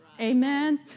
Amen